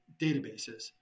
databases